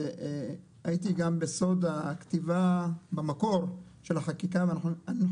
והייתי גם בסוד הכתיבה במקור של החקיקה ואנחנו